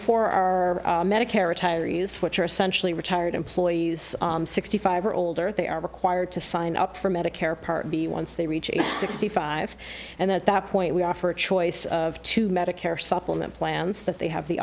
for our medicare retirees which are essentially retired employees sixty five or older they are required to sign up for medicare part b once they reach sixty five and at that point we offer a choice of two medicare supplement plans that they have the